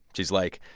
she's like,